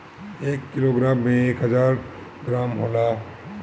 एक किलोग्राम में एक हजार ग्राम होला